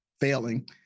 failing